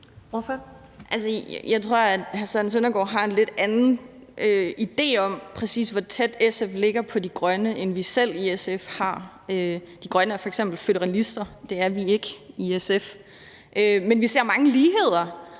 Altså, jeg tror, at hr. Søren Søndergaard har en lidt anden idé om, præcis hvor tæt SF ligger på De Grønne, end vi selv i SF har. De Grønne er f.eks. føderalister, det er vi ikke i SF. Men vi ser mange ligheder,